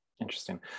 Interesting